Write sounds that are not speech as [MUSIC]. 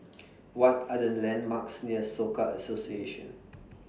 [NOISE] What Are The landmarks near Soka Association [NOISE]